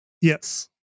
yes